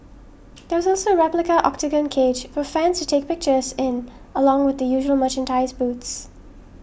there was also a replica Octagon cage for fans to take pictures in along with the usual merchandise booths